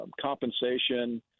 compensation